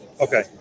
Okay